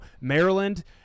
Maryland